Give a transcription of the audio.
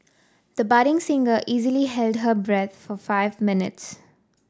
the budding singer easily held her breath for five minutes